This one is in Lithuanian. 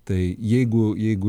tai jeigu jeigu